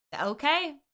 Okay